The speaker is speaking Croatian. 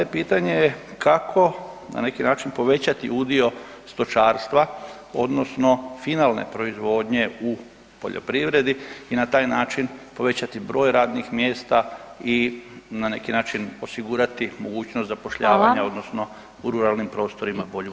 Moje pitanje je kako na neki način povećati udio stočarstva, odnosno finalne proizvodnje u poljoprivredi i na taj način povećati broj radnih mjesta i na neki način osigurati mogućnost zapošljavanja, odnosno u ruralnim prostorima bolju budućnost.